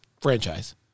franchise